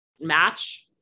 match